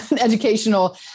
educational